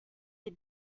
des